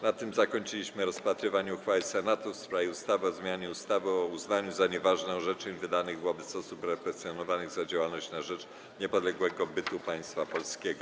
Na tym zakończyliśmy rozpatrywanie uchwały Senatu w sprawie ustawy o zmianie ustawy o uznaniu za nieważne orzeczeń wydanych wobec osób represjonowanych za działalność na rzecz niepodległego bytu Państwa Polskiego.